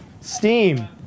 steam